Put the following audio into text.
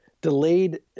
delayed